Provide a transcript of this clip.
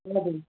हजुर